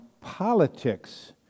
politics